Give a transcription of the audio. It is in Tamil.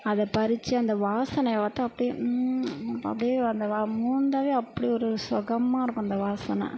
அதை பறிச்சு அந்த வாசனையே பார்த்தா அப்படியே அப்படியே அந்த வா மோந்தாவே அப்படி ஒரு சொகமாக இருக்கும் அந்த வாசனை